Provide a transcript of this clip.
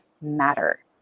matter